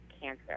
cancer